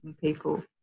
people